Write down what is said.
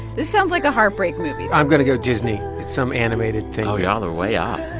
this sounds like a heartbreak movie i'm going to go disney. it's some animated thing oh, y'all are way off.